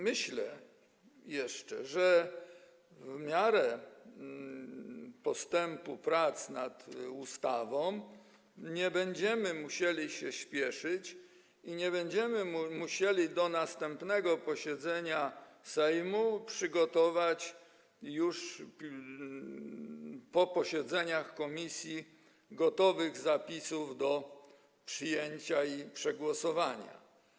Myślę jeszcze, że w miarę postępu prac nad ustawą nie będziemy musieli się śpieszyć i nie będziemy musieli do następnego posiedzenia Sejmu przygotować już po posiedzeniach komisji gotowych zapisów do przyjęcia i przegłosowania.